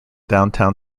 downtown